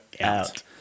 out